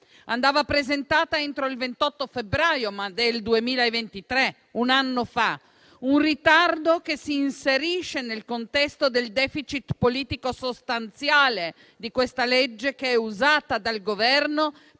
andava presentata entro il 28 febbraio, ma del 2023, un anno fa. Un ritardo che si inserisce nel contesto del *deficit* politico sostanziale di questo provvedimento, che è usata dal Governo